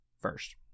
first